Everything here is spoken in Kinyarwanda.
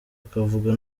ukavuga